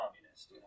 communist